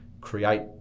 create